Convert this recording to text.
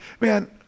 man